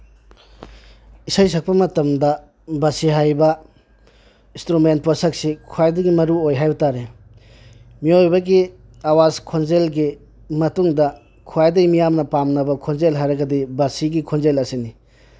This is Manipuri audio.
ꯏꯁꯩ ꯁꯛꯄ ꯃꯇꯝꯗ ꯕꯥꯁꯤ ꯍꯥꯏꯕ ꯏꯟꯁꯇ꯭ꯔꯨꯃꯦꯟ ꯄꯣꯠꯁꯛꯁꯤ ꯈ꯭ꯋꯥꯏꯗꯒꯤ ꯃꯔꯨꯑꯣꯏꯕ ꯍꯥꯏꯕ ꯇꯥꯔꯦ ꯃꯤꯑꯣꯏꯕꯒꯤ ꯑꯋꯥꯁ ꯈꯣꯟꯖꯦꯜꯒꯤ ꯃꯇꯨꯡꯗ ꯈ꯭ꯋꯥꯏꯗꯒꯤ ꯃꯤꯌꯥꯝꯅ ꯄꯥꯝꯅꯕ ꯈꯣꯟꯖꯦꯜ ꯍꯥꯏꯔꯒꯗꯤ ꯕꯥꯁꯤꯒꯤ ꯈꯣꯟꯖꯦꯜ ꯑꯁꯤꯅꯤ